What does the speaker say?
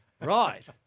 right